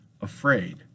afraid